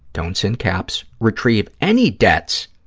don't is in caps, retrieve any debts